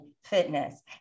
Fitness